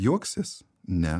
juoksies ne